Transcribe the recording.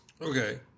Okay